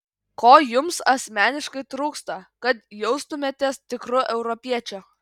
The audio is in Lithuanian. ko jums asmeniškai trūksta kad jaustumėtės tikru europiečiu